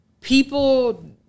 People